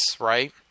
right